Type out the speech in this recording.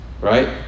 right